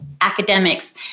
academics